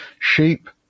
Sheep